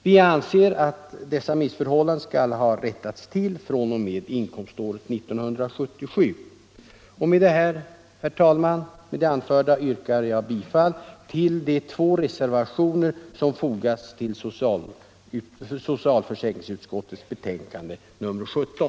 Vi anser att dessa missförhållanden skall ha rättats till fr.o.m. inkomståret 1977. Med det anförda yrkar jag, herr talman, bifall till de två reservationer som fogats till socialförsäkringsutskottets betänkande nr 17.